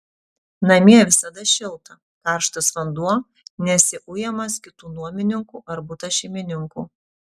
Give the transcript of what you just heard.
namie visada šilta karštas vanduo nesi ujamas kitų nuomininkų ar buto šeimininkų